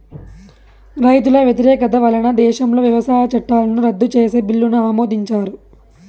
రైతుల వ్యతిరేకత వలన దేశంలో వ్యవసాయ చట్టాలను రద్దు చేసే బిల్లును ఆమోదించారు